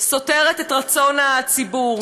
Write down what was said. סותרת את רצון הציבור.